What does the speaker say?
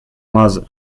mother